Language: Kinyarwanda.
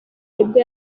nibwo